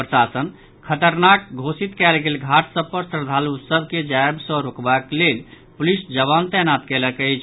प्रशासन खतरनाक घोषित कयल गेल घाट सभ पर श्रद्धालु सभ के जायव सँ रोकवाक लेल पुलिस जवान तैनात कयलक अछि